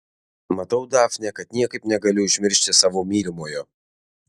matau dafne kad niekaip negali užmiršti savo mylimojo